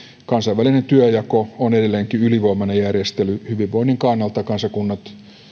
kansainvälinen työnjako on edelleenkin ylivoimainen järjestely hyvinvoinnin kannalta kansakunnat